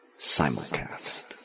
Simulcast